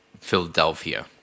Philadelphia